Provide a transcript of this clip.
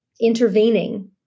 intervening